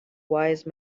wise